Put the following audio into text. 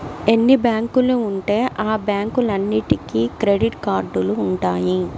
ఎన్ని బ్యాంకులు ఉంటే ఆ బ్యాంకులన్నీటికి క్రెడిట్ కార్డులు ఉంటాయి